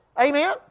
Amen